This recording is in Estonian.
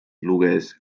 luges